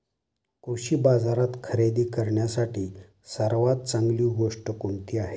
कृषी बाजारात खरेदी करण्यासाठी सर्वात चांगली गोष्ट कोणती आहे?